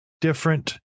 different